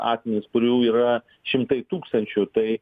asmenis kurių yra šimtai tūkstančių tai